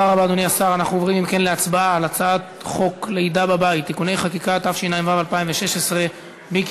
עם זאת, לידה היא הליך שנתון לבחירה